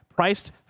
Priced